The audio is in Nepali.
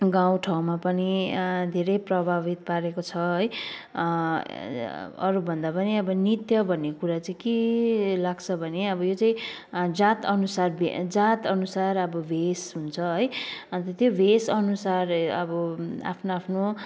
गाउँ ठाउँमा पनि धेरै प्रभावित पारेको छ है अरूभन्दा पनि अब नृत्य भन्ने कुरा चाहिँ के लाग्छ भने अब यो चाहिँ जात अनुसार जात अनुसार अब भेष हुन्छ है अन्त त्यो भेष अनुसार अब आफ्नो आफ्नो